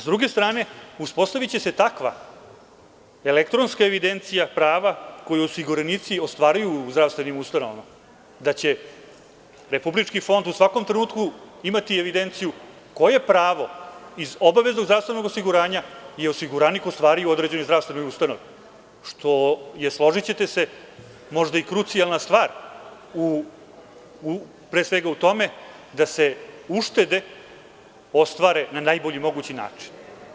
S druge strane, uspostaviće se takva elektronska evidencija prava koju osiguranici ostvaruju u zdravstvenim ustanovama da će Republički fond u svakom trenutku imati evidenciju koje pravo iz obaveznog zdravstvenog osiguranja je osiguranik ostvario u određenoj zdravstvenoj ustanovi, što je, složićete se, možda i krucijalna stvar u tome da se uštede ostvare na najbolji mogući način.